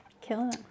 killing